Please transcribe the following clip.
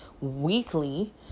weekly